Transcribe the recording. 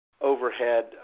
overhead